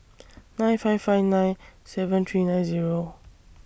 nine five five nine seven three nine Zero